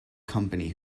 company